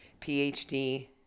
PhD